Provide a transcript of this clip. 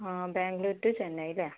ആ ബാംഗ്ലൂർ ടു ചെന്നൈ അല്ലേ